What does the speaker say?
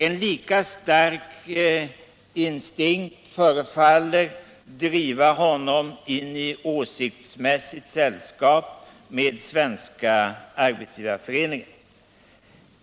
En lika stark instinkt förefaller driva honom in i åsiktsmässigt sällskap med Svenska arbetsgivareföreningen.